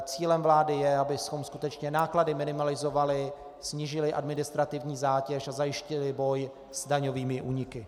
Cílem vlády je, abychom skutečně náklady minimalizovali, snížili administrativní zátěž a zajistili boj s daňovými úniky.